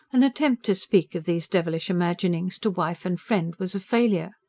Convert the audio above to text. an attempt to speak of these devilish imaginings to wife and friend was a failure.